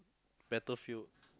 battlefield